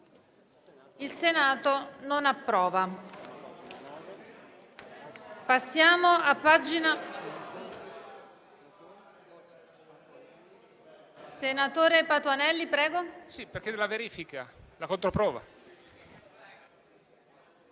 **Il Senato non approva**.